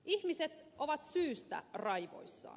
ihmiset ovat syystä raivoissaan